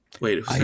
Wait